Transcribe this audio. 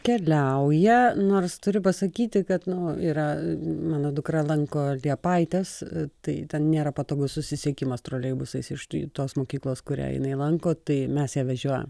keliauja nors turi upasakyti kad nu yra mano dukra lanko liepaites tai ten nėra patogus susisiekimas troleibusais iš tos mokyklos kurią jinai lanko tai mes ją vežiojam